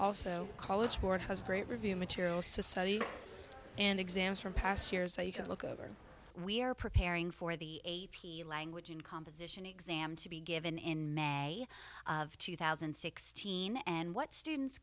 also college board has great review materials to study and exams from past years so you can look over we are preparing for the a p language in composition exam to be given in may of two thousand and sixteen and what students